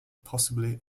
possibly